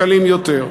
קלים יותר.